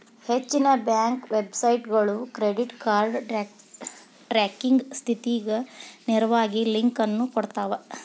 ಹೆಚ್ಚಿನ ಬ್ಯಾಂಕ್ ವೆಬ್ಸೈಟ್ಗಳು credit card tracking ಸ್ಥಿತಿಗ ನೇರವಾಗಿ ಲಿಂಕ್ ಅನ್ನು ಕೊಡ್ತಾವ